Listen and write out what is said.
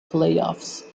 playoffs